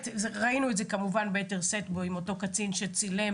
ראינו את זה ביתר שאת עם אותו קצין שצילם